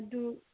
ꯑꯗꯨ